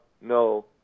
no